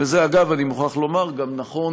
אגב, אני מוכרח לומר, זה נכון